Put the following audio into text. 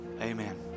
Amen